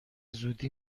زودی